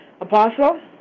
Apostle